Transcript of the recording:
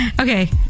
Okay